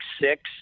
six